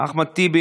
אחמד טיבי,